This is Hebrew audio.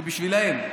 זה בשבילם.